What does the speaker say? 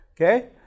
Okay